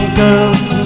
girls